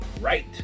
right